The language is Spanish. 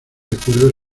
recuerdo